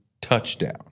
touchdown